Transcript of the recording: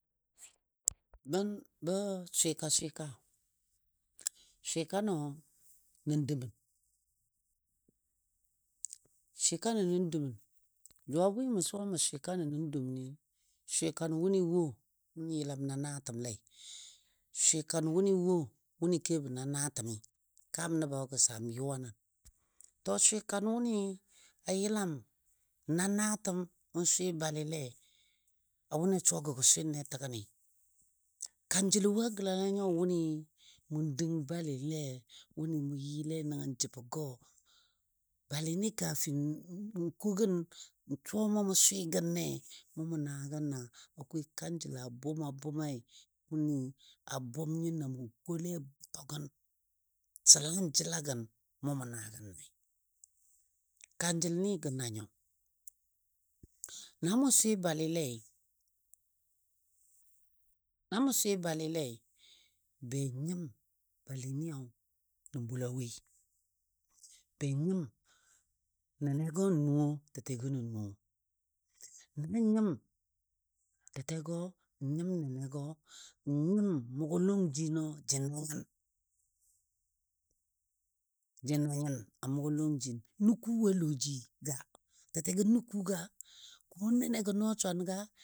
Bən bə swɨka swɨka, swɨkanɔ nən dumən swɨkanɔ nən dumən, jʊ a bwɨ mə suwa mə swɨkanɔ nə duməni, swɨkan wʊnɨ wo wʊnɨ yəlam na naatəmle. Swɨkan wʊnɨ wo wʊnɨ kebɔ na naatəmi. Kaam nəbɔ ga saam yʊwa nən. To swɨkan wʊnɨ a yəlam na naatəm mʊn swɨ balɨlei a wʊnɨ a suwa gə go swɨnne təgəni. Kanjəl wo a gəlala nyo wʊnɨ mʊn dəng balɨle wʊnɨ mʊn yɨle nagən jəbɔ gɔ, balɨni kafin n ko gən n suwa mɔ mʊn swɨ gənne mɔ mʊn naa gən naa akwai kanjəllo a bʊma bʊmai wʊnɨ a bʊm nyo na mɔ kole a bʊtɔ gən, səlan jəla gən mo mʊn naa gən naai. Kanjəln;i gənanyɔ, na mo swɨ balɨlei, na mo swɨ balɨlei be nyɨm balɨ niyo nən bʊlawoi. Be nyim nɛnɛgɔ nən nuwo tɛtɛgɔ nən nuwo? Nan nyim tɛtɛgɔ n nyim nɛnɛgɔ n nyim mʊgɔ lɔng jino jəna nyin? Jəna nyɨn a mʊgɔ lɔng jin? Nəkuu wo a lɔji ga? Tɛtɛgɔ nəkuu ga? ko nɛnɛgo nɔɔ swan ga?